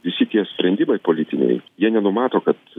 visi tie sprendimai politiniai jie nenumato kad